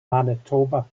manitoba